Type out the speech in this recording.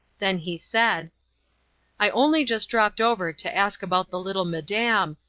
then he said i only just dropped over to ask about the little madam,